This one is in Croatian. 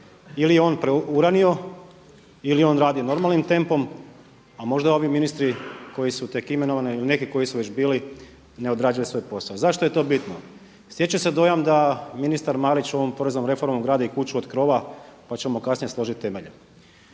Ili je on preuranio ili on radi normalnim tempom, a možda ovi ministri koji su tek imenovani ili neki koji su već bili ne odrađuju svoj posao. Zašto je to bitno? Stječe se dojam da ministar Marić ovom poreznom reformom gradi kuću od krova, pa ćemo kasnije složit temelje.